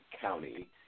County